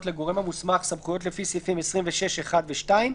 לגורם המוסמך סמכויות לפי סעיפים 26(1) ו-(2).